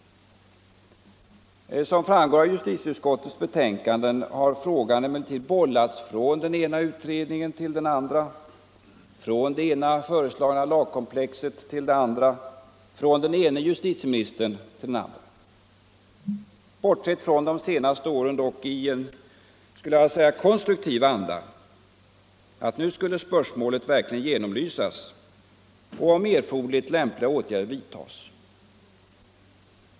Som framgår av justitieutskottets betänkande har frågan emellertid bollats från den ena utredningen till den andra, från det ena föreslagna lagkomplexet till det andra, från den ene justitieministern till den andre — bortsett från de senaste åren dock i den konstruktiva andan att nu skulle spörsmålet verkligen genomlysas och, om erforderligt, lämpliga åtgärder vidtas.